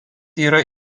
yra